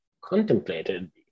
contemplated